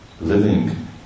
living